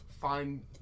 fine